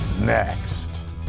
Next